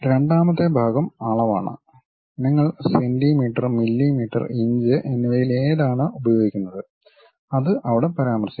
രണ്ടാമത്തെ ഭാഗം അളവാണ് നിങ്ങൾ സെന്റിമീറ്റർ മില്ലിമീറ്റർ ഇഞ്ച് എന്നിവയിൽ ഏതാണ് ഉപയോഗിക്കുന്നത് അത് അവിടെ പരാമർശിക്കും